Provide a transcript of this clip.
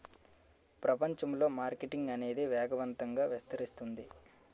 ప్రపంచంలో మార్కెటింగ్ అనేది వేగవంతంగా విస్తరిస్తుంది